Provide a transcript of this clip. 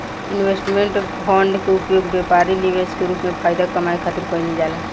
investment fund के उपयोग व्यापारी निवेश के रूप में फायदा कामये खातिर कईल जाला